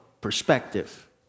perspective